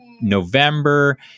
November